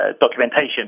documentation